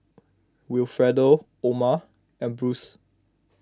Wilfredo Oma and Bruce